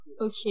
Okay